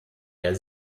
der